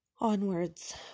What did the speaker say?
onwards